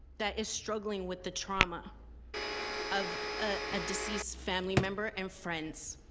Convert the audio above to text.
that is struggling with the trauma of a deceased family member and friends.